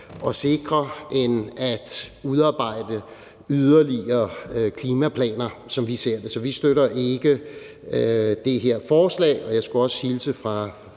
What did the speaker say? og sikre end at udarbejde yderligere klimaplaner, sådan som vi ser det. Så vi støtter ikke det her forslag. Jeg skulle også hilse fra